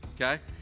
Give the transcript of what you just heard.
okay